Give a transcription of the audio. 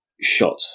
shot